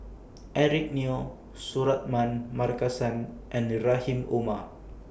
Eric Neo Suratman Markasan and Rahim Omar